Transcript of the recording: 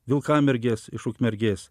vilkamergės iš ukmergės